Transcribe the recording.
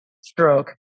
stroke